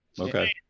okay